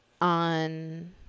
on